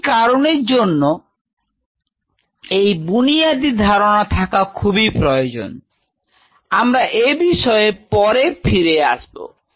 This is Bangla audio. এই কারণের জন্য এই বুনিয়াদি ধারণা থাকা খুবই প্রয়োজন আমরা এ বিষয়ে পরে ফিরে আসবো